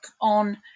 on